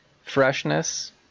Freshness